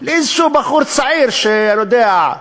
לאיזשהו בחור צעיר, אני יודע?